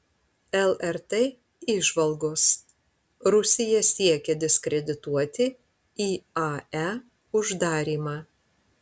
lrt įžvalgos rusija siekia diskredituoti iae uždarymą